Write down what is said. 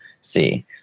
see